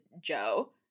Joe